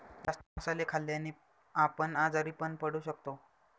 जास्त मसाले खाल्ल्याने आपण आजारी पण पडू शकतो